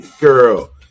Girl